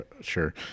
sure